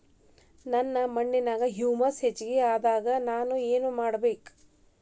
ನನ್ನ ಮಣ್ಣಿನ್ಯಾಗ್ ಹುಮ್ಯೂಸ್ ಹೆಚ್ಚಾಕ್ ನಾನ್ ಏನು ಮಾಡ್ಬೇಕ್?